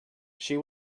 she